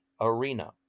arena